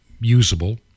usable